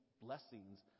blessings